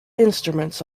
instruments